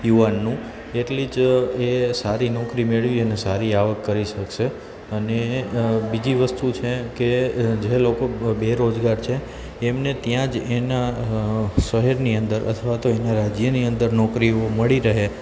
યુવાનનું એટલી જ એ સારી નોકરી મેળવી અને સારી આવક કરી શકશે અને બીજી વસ્તુ છે કે જે લોકો બેરોજગાર છે એમને ત્યાં જ એનાં શહેરની અંદર અથવા તો એનાં રાજ્યની અંદર નોકરીઓ મળી રહે